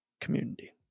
community